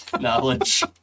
knowledge